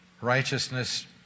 righteousness